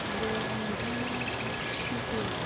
आरो नोंथांमोननाव स्पिसियेल